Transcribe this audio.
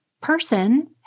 Person